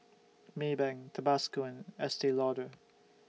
Maybank Tabasco and Estee Lauder